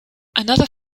another